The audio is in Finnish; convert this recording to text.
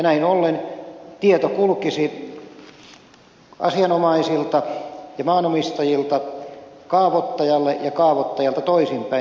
näin ollen tieto kulkisi asianosaisilta ja maanomistajilta kaavoittajalle ja kaavoittajalta toisinpäin